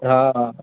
हा